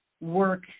work